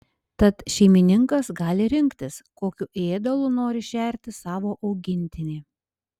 tad šeimininkas gali rinktis kokiu ėdalu nori šerti savo augintinį